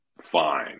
fine